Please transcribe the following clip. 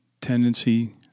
tendency